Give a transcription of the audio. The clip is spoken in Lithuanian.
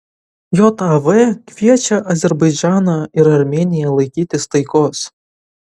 jav kviečia azerbaidžaną ir armėniją laikytis taikos